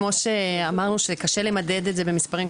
כמו שאמרנו שקשה למדד את זה במספרים,